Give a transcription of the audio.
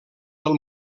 del